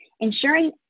ensuring